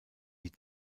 die